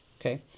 Okay